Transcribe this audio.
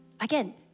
Again